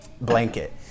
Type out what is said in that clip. Blanket